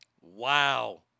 Wow